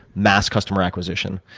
mass customer acquisition.